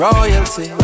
Royalty